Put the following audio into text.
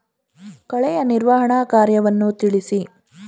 ಕಳೆಯ ನಿರ್ವಹಣಾ ಕಾರ್ಯವನ್ನು ತಿಳಿಸಿ?